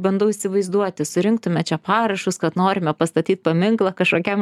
bandau įsivaizduoti surinktume čia parašus kad norime pastatyt paminklą kašokiam